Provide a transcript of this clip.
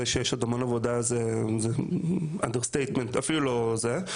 זה שיש עוד המון עבודה זה understatement ואפילו לא זה.